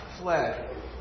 fled